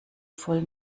voll